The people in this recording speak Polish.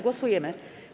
Głosujemy.